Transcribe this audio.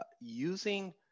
using